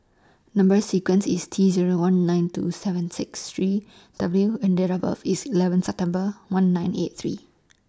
Number sequence IS T Zero one nine two seven six three W and Date of birth IS eleven September one nine eight three